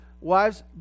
wives